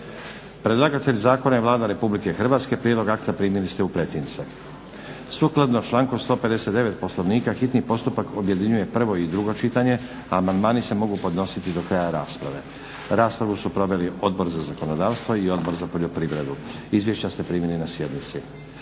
Predlagatelj zakona je Vlada Republike Hrvatske. Prijedlog akta primili ste u pretince. Sukladno članku 159. Poslovnika hitni postupak objedinjuje prvo i drugo čitanje, a amandmani se mogu podnositi do kraja rasprave. Raspravu su proveli Odbor za zakonodavstvo i Odbor za poljoprivredu. Izvješća ste primili na sjednici.